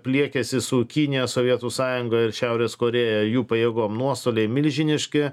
pliekiasi su kinija sovietų sąjunga ir šiaurės korėja jų pajėgom nuostoliai milžiniški